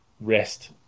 rest